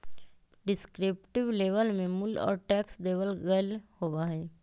descriptive label में मूल्य और टैक्स देवल गयल होबा हई